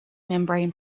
membrane